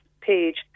page